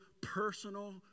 personal